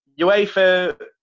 UEFA